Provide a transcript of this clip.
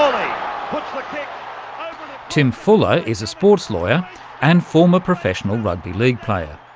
um tim fuller is a sports lawyer and former professional rugby league player.